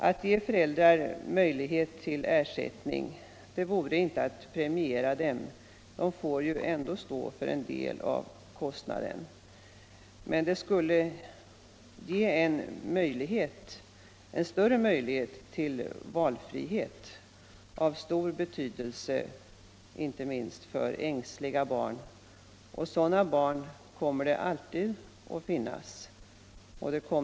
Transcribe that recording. Att ge föräldrarna möjlighet till ersättning vore inte att premiera dem, de får ju ändå stå för en del av kostnaderna, men det skulle öka valfriheten, vilket vore av stor betydelse inte minst för ängsliga barn. Och sådana barn kommer det alltid att finnas. Det är f.ö.